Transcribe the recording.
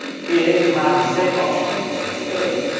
here, you have the same option we discussed earlier,